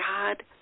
God